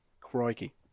crikey